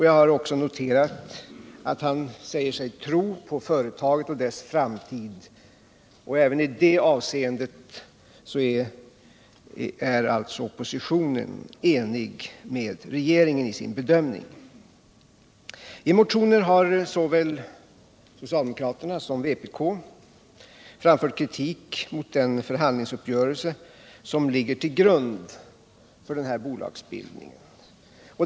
Jag har också noterat att han säger sig tro på företaget och dess framtid. Även i det avseendet är alltså oppositionen enig med regeringen i sin bedömning. I motioner har såväl socialdemokraterna som vpk framfört kritik mot den förhandlingsuppgörelse som ligger till grund för den här bolagsbildningen.